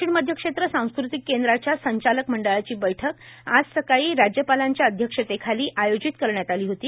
दक्षिण मध्य क्षेत्र सांस्कृतिक केंद्राच्या संचालक मंडळाची बैठक आज सकाळी राज्यपालांच्या अध्यक्षतेखाली आयोजित करण्यात आली होती